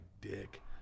dick